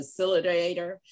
facilitator